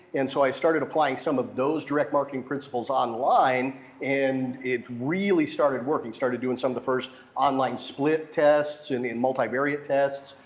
and so, i started applying some of those direct marketing principles online and it really started working. started doing some of the first online split tests and and multivariate tests,